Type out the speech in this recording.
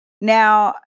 Now